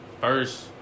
First